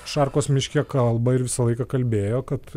šarkos miške kalba ir visą laiką kalbėjo kad